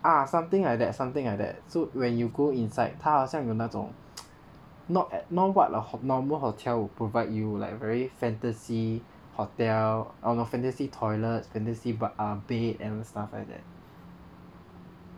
ah something like that something like that so when you go inside 他好像有那种 not at not what like normal hotel will provide you like very fantasy hotel on your fantasy toilets fantasy but ah bed and stuff like that